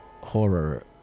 horror